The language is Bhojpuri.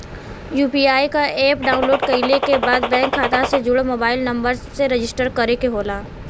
यू.पी.आई क एप डाउनलोड कइले के बाद बैंक खाता से जुड़ल मोबाइल नंबर से रजिस्टर करे के होला